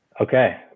Okay